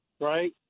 right